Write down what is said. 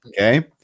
Okay